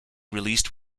released